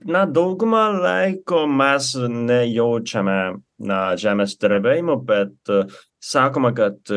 na daugumą laiko mes nejaučiame na žemės drebėjimo bet sakoma kad